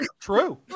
True